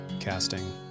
casting